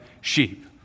sheep